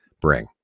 bring